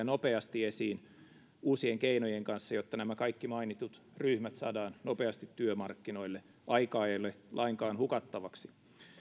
nopeasti esiin uusien keinojen kanssa jotta nämä kaikki mainitut ryhmät saadaan nopeasti työmarkkinoille aikaa ei ole lainkaan hukattavaksi